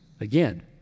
again